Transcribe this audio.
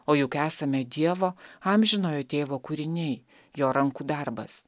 o juk esame dievo amžinojo tėvo kūriniai jo rankų darbas